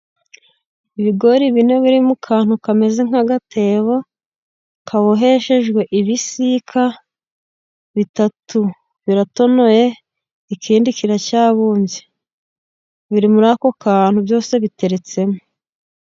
Ibigori bine biri mu kantu kameze nk'agatebo kaboheshejwe ibisika. Bitatu biratonoye, ikindi kiracyabumbye. Biri muri ako kantu byose biteretsemo.